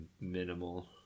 minimal